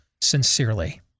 Sincerely